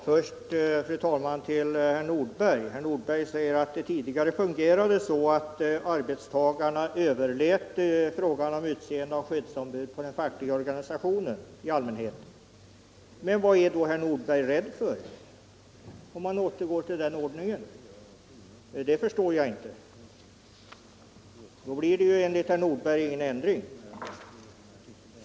Fru talman! Herr Nordberg sade att systemet tidigare hade fungerat så att arbetstagarna i allmänhet överlät frågan om utseende av skyddsombud på den fackliga organisationen. Men vad är herr Nordberg då rädd för, om man återgår till den ordningen? Det förstår jag inte. Då blir det ju enligt herr Nordberg ingen ändring.